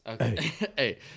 Okay